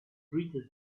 greeted